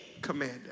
commander